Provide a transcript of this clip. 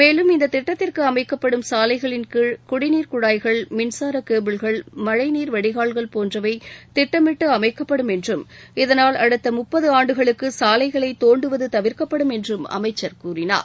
மேலும் இந்த திட்டத்திற்கு அமைக்கப்படும் சாலைகளின்கீழ் குடிநீர் குழாய்கள் மின்சார கேபிள்கள் மழழநீர் வடிகால்கள் போன்றவை திட்டமிட்டு அமைக்கப்படும் என்றும் இதனால் அடுத்த முப்பது ஆண்டுகளுக்கு சாலைகளை தோண்டுவது தவிர்க்கப்படும் என்றும் அமைச்சர் கூறினார்